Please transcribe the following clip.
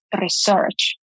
research